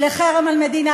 למה?